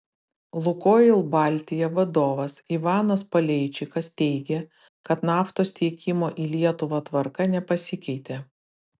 lukoil baltija vadovas ivanas paleičikas teigė kad naftos tiekimo į lietuvą tvarka nepasikeitė